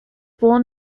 born